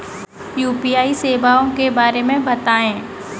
UPI सेवाओं के बारे में बताएँ?